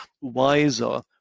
wiser